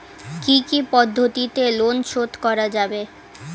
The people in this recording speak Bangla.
কি কি পদ্ধতিতে লোন শোধ করা যাবে?